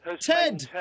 Ted